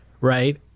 right